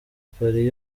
paris